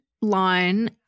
line